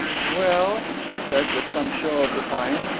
well, she said, with some show of defiance,